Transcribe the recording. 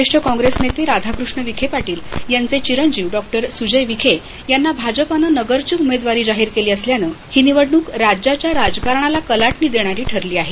ज्येष्ठ काँग्रेस नेते राधाकृष्ण विखे पाटील यांचे चिरंजीव डॉ सुजय विखे यांना भाजपानं नगरची उमेदवारी जाहीर केली असल्यानं ही निवडणुक राज्याच्या राजकारणाला कलाटणी देणारी ठरली आहे